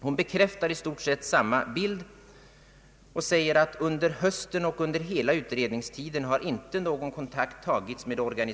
Hon bekräftar i stort sett samma bild och säger, att ”under hösten och under hela utredningstiden har inte någon kontakt tagits.